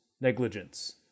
Negligence